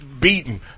beaten